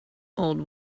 old